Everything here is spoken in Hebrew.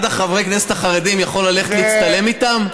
אחד מחברי הכנסת החרדים יכול ללכת להצטלם איתם?